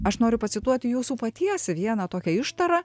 aš noriu pacituoti jūsų paties vieną tokią ištarą